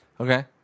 Okay